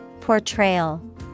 Portrayal